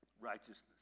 righteousness